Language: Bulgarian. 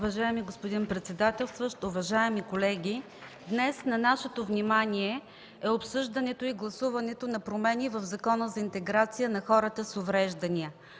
Уважаеми господин председател, уважаеми колеги! Днес на нашето внимание е обсъждането и гласуването на промени в Закона за интеграция на хората с увреждания.